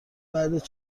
بعد